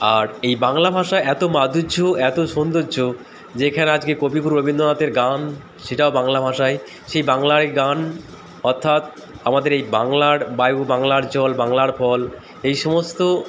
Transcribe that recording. আর এই বাংলা ভাষা এত মাধুর্য এত সৌন্দর্য যেখানে আজকে কবিগুরু রবীন্দ্রনাথের গান সেটাও বাংলা ভাষায় সেই বাংলার গান অর্থাৎ আমাদের এই বাংলার বায়ু বাংলার জল বাংলার ফল এই সমস্ত